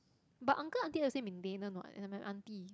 but uncle aunty will say maintenance [what] is like my aunty